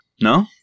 No